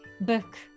book